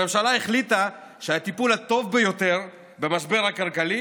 הממשלה החליטה שהטיפול הטוב ביותר במשבר הכלכלי